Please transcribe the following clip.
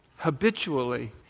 habitually